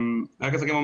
אני לא נכנס לזה.